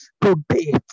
today